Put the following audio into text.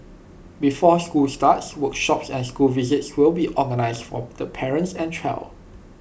before school starts workshops and school visits will be organised for the parents and child